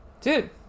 Dude